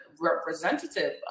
representative